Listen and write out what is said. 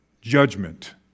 judgment